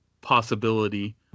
possibility